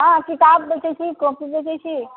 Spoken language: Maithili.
हाँ किताब बेचैत छी कॉपी बेचैत छी